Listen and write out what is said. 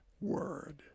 word